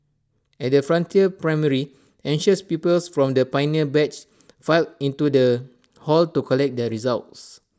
at the frontier primary anxious pupils from the pioneer batch filed into the hall to collect their results